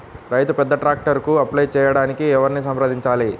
రైతు పెద్ద ట్రాక్టర్కు అప్లై చేయడానికి ఎవరిని సంప్రదించాలి?